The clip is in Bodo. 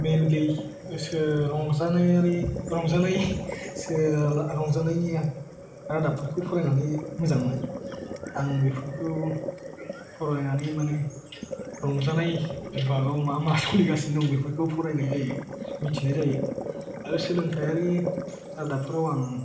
मेनलि गोसो रंजानायारि रंजानायसो रंजानायनि आं रादाबफोरखौ फरायनानै मोजां मोनो आं बेफोरखौ फरायनानै माने रंजानाय बिबागाव मा मा सोलिगासनो दं बेफोरखौ फरायनाय जायो मिथिनाय जायो आरो सोलोंथायारि रादाबफोराव आं